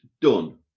done